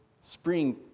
spring